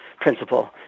principle